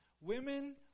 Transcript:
women